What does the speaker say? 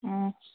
ꯑꯪ